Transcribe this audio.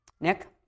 Nick